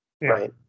right